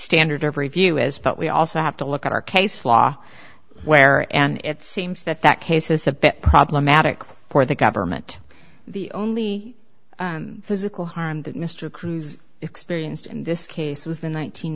standard of review is but we also have to look at our case law where and it seems that that case is a bit problematic for the government the only physical harm that mr cruise experienced in this case was